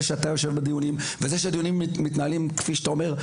זה שאתה מגיע לדיונים ושהדיונים מתנהלים כפי שאתה אומר,